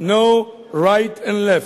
no right and left,